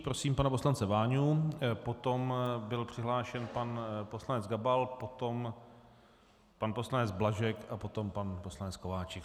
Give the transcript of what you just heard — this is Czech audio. Prosím pana poslance Váňu, potom byl přihlášen pan poslanec Gabal, potom pan poslanec Blažek a potom pan poslanec Kováčik.